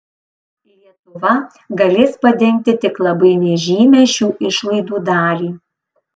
lietuva galės padengti tik labai nežymią šių išlaidų dalį